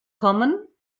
kommen